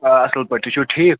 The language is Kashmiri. آ اصٕل پٲٹھۍ تُہۍ چھُو ٹھیٖک